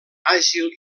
àgil